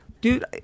Dude